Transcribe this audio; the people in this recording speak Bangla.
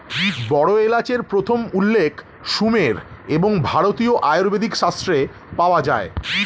বড় এলাচের প্রথম উল্লেখ সুমের এবং ভারতীয় আয়ুর্বেদিক শাস্ত্রে পাওয়া যায়